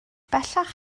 bellach